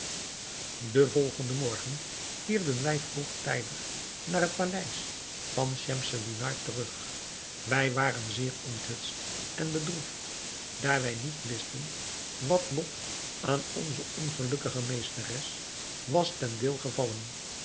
den volgenden morgen keerden wij vroegtijdig naar het paleis van schemselnihar terug wij waren zeer onthutst en bedroefd daar wij niet wisten wat lot aan onze ongelukkige meesteres was ten deel gevallen